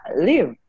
live